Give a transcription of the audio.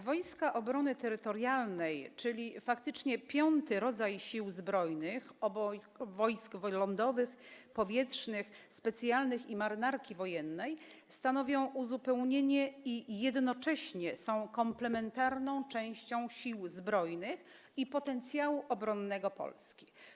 Wojska Obrony Terytorialnej, czyli faktycznie piąty rodzaj Sił Zbrojnych, obok Wojsk Lądowych, Sił Powietrznych, Wojsk Specjalnych i Marynarki Wojennej, stanowią ich uzupełnienie i jednocześnie są komplementarną częścią Sił Zbrojnych i potencjału obronnego Polski.